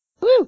Woo